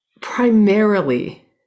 primarily